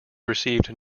received